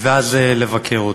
ואז לבקר אותו.